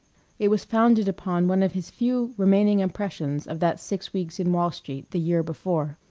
it was founded upon one of his few remaining impressions of that six weeks in wall street the year before.